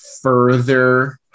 Further